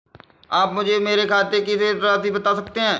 आप मुझे मेरे खाते की शेष राशि बता सकते हैं?